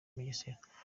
mugesera